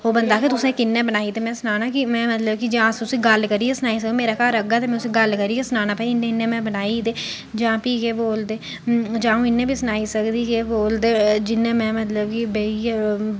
ओह् बंदा आखै तुसें कि'यां बनाई ते में सनाने कि में मतलब कि जां अस उस्सी गल्ल करियै सनाई सकनें जां मेरे घर औगा ते में उस्सी गल्ल करियै सनाना के भाई इ'यां इ'यां में बनाई ते जां प्ही के बोलदे जां इ'यां बी सनाई सकदी के बोलदे जि'यां में मतलब कि इ'यै